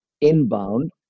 inbound